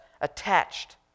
attached